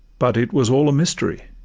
but it was all a mystery.